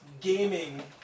gaming